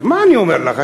מה אני אומר לך?